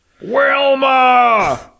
Wilma